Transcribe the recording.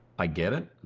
i get it.